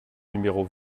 numéro